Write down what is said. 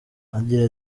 agira